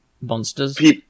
monsters